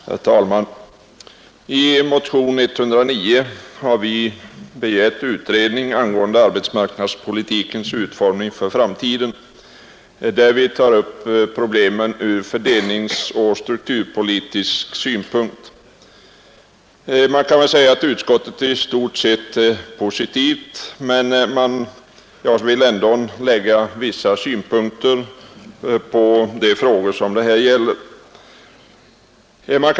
Herr talman! I motion nr 109 har vi begärt utredning angående arbetsmarknadspolitikens utformning för framtiden. Vi tar där upp problemen ur fördelningsoch strukturpolitisk synpunkt. Man kan väl säga att utskottet i stort sett är positivt, men jag vill ändå något beröra de frågor det här gäller.